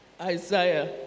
Isaiah